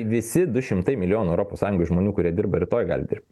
visi du šimtai milijonų europos sąjungoj žmonių kurie dirba rytoj gali dirbt